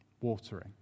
watering